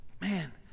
Man